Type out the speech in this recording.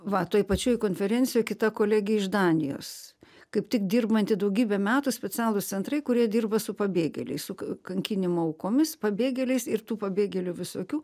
va toj pačioj konferencijoj kita kolegė iš danijos kaip tik dirbanti daugybę metų specialūs centrai kurie dirba su pabėgėliais kankinimų aukomis pabėgėliais ir tų pabėgėlių visokių